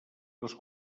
les